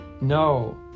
No